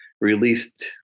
released